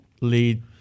lead